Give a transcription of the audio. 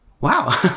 Wow